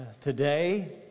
Today